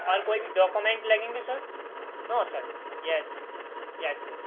اور کوئی بھی ڈاکومنٹ لگیں گے sir no sir yes yes یس